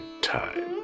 time